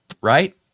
right